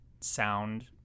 sound